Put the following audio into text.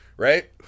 Right